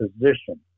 position